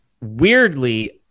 Weirdly